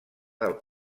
del